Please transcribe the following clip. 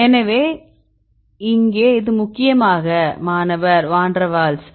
எனவே இங்கே இது முக்கியமாக மாணவர் van der Waals Refer Time 2301